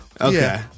Okay